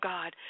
God